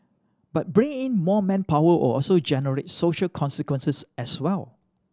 but bringing more manpower will also generate social consequences as well